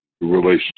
relationship